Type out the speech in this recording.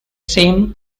same